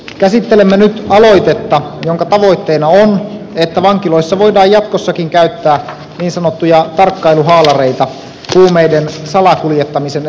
käsittelemme nyt aloitetta jonka tavoitteena on että vankiloissa voidaan jatkossakin käyttää niin sanottuja tarkkailuhaalareita huumeiden salakuljettamisen estämiseksi